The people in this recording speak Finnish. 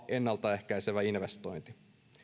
ennalta ehkäisevä investointi